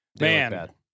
Man